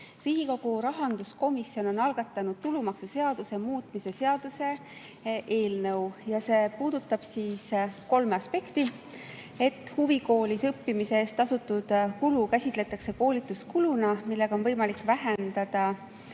Riigikogu rahanduskomisjon on algatanud tulumaksuseaduse muutmise seaduse eelnõu ja see puudutab kolme aspekti. Huvikoolis õppimise eest [makstud tasu] tuleks käsitleda koolituskuluna, millega on võimalik vähendada